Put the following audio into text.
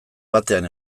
batean